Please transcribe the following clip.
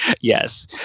Yes